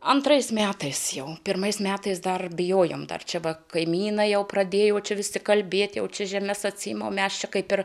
antrais metais jau pirmais metais dar bijojome dar čia va kaimyną jau pradėjo čia visi kalbėti jau čia žemes atsiima o mes čia kaip ir